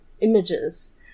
images